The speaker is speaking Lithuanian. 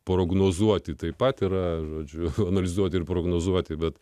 prognozuoti taip pat yra žodžiu analizuoti ir prognozuoti bet